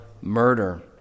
murder